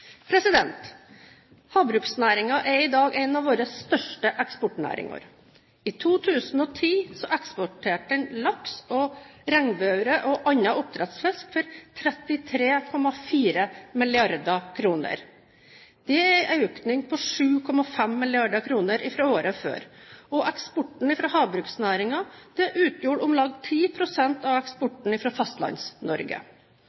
er i dag en av våre største eksportnæringer. I 2010 eksporterte den laks, regnbueørret og annen oppdrettsfisk for 33,4 mrd. kr. Det er en økning på 7,5 mrd. kr fra året før, og eksporten fra havbruksnæringen utgjorde om lag 10 pst. av